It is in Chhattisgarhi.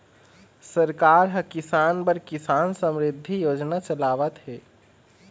सरकार ह किसान बर किसान समरिद्धि योजना चलावत हे